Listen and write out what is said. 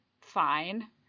fine